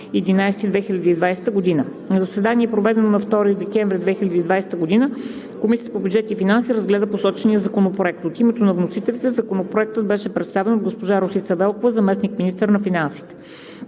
заседание, проведено на 2 декември 2020 г., Комисията по бюджет и финанси разгледа посочения законопроект. От името на вносителите Законопроектът беше представен от госпожа Росица Велкова – заместник-министър на финансите.